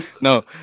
no